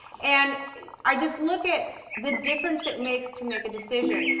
and i just look at the difference it makes to make a decision.